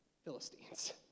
Philistines